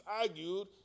argued